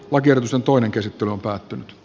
uderzon toinen käsittely on päättynyt t